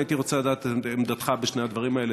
הייתי רוצה לדעת מה עמדתך בשני הדברים האלה.